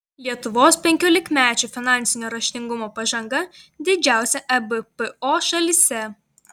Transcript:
lietuvos penkiolikmečių finansinio raštingumo pažanga didžiausia ebpo šalyse